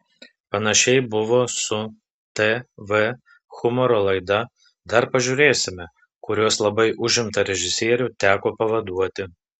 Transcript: panašiai buvo su tv humoro laida dar pažiūrėsime kurios labai užimtą režisierių teko pavaduoti